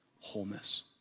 wholeness